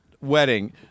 wedding